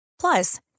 Plus